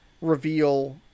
reveal